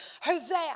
Hosea